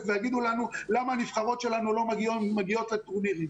וישאלו למה הנבחרות שלנו לא מגיעות לטורנירים.